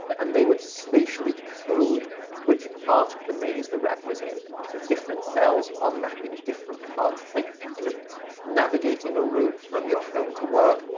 and they would spatially code which part of the maze the rat was in. so different cells are mapping different parts. it's like sort of navigating a route from your home to work.